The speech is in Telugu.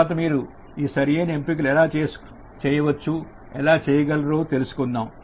తర్వాత మీరు ఈ సరైన ఎంపికలు ఎలా చేయవచ్చు ఎలా చేయగలరు తెలుసుకుందాం